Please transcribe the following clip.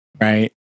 right